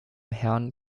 herrn